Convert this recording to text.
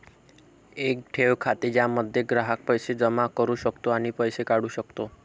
एक ठेव खाते ज्यामध्ये ग्राहक पैसे जमा करू शकतो आणि पैसे काढू शकतो